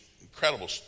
Incredible